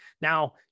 Now